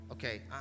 Okay